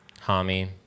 Hami